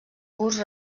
busts